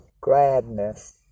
gladness